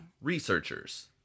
Researchers